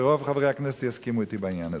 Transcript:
שרוב חברי הכנסת יסכימו אתי בעניין הזה.